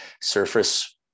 Surface